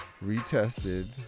retested